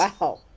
Wow